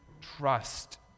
trust